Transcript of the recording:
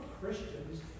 Christians